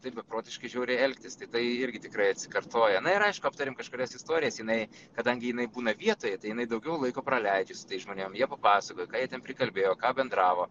taip beprotiškai žiauriai elgtis tai tai irgi tikrai atsikartoja na ir aišku aptariam kažkurias istorijas jinai kadangi jinai būna vietoje tai jinai daugiau laiko praleidžia su tais žmonėm jie papasakoja ką jie ten prikalbėjo ką bendravo